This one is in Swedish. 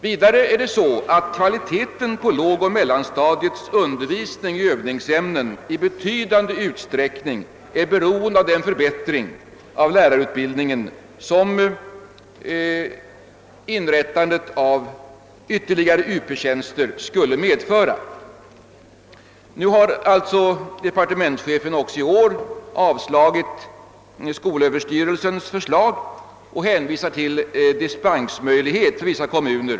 Vidare är kvaliteten på undervisningen i övningsämnen på lågoch mellanstadiet i betydande utsträckning beroende av den förbättring av lärarutbildningen som inrättandet av ytterligare Up-tjänster skulle medföra. Departementschefen har även i år avvisat skolöverstyrelsens förslag och hänvisat till den dispensmöjlighet som finns för vissa kommuner.